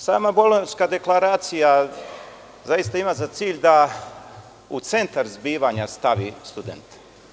Sama Bolonjska deklaracija zaista ima za cilj da u centar zbivanja stavi studente.